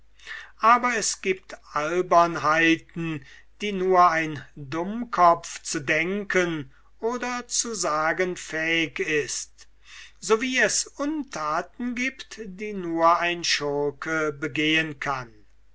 aber es gibt albernheiten die nur ein dummkopf zu denken oder zu sagen fähig ist so wie es untaten gibt die nur ein schurke begehen kann